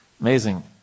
Amazing